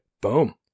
Boom